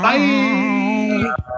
Bye